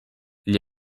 gli